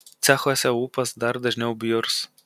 cechuose ūpas dar dažniau bjurs